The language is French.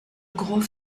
gros